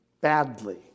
badly